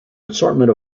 assortment